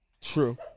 True